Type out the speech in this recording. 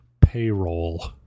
payroll